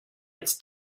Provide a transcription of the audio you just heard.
its